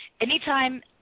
Anytime